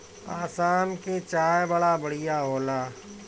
आसाम के चाय बड़ा बढ़िया होला